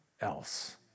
else